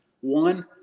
One